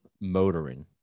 motoring